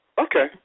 Okay